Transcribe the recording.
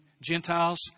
Gentiles